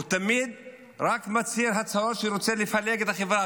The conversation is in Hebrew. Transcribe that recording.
הוא תמיד רק מצהיר הצהרות שרוצה לפלג את החברה,